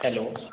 hello